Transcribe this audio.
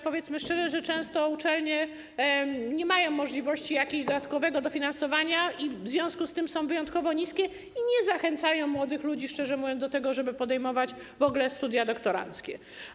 Powiedzmy szczerze, że często uczelnie nie mają możliwości ich dodatkowego dofinansowania, w związku z tym są one wyjątkowo niskie i nie zachęcają młodych ludzi, szczerze mówiąc, do tego, żeby podejmować w ogóle studia doktoranckie.